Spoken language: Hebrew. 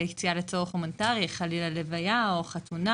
יציאה לצורך הומניטרי כמו לוויה או חתונה.